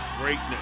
greatness